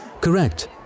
Correct